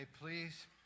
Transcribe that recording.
please